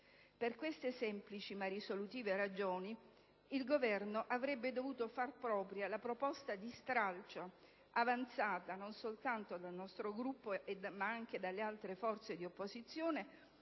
Per queste semplici ma risolutive ragioni, il Governo avrebbe dovuto far propria la proposta di stralcio avanzata non soltanto dal nostro Gruppo, ma anche dalle altre forze di opposizione,